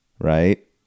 Right